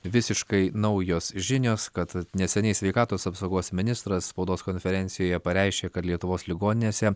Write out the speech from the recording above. visiškai naujos žinios kad neseniai sveikatos apsaugos ministras spaudos konferencijoje pareiškė kad lietuvos ligoninėse